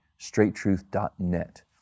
straighttruth.net